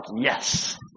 Yes